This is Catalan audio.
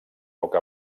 poc